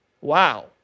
Wow